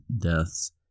deaths